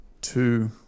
two